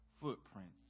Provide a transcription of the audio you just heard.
footprints